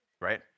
right